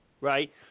Right